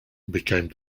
became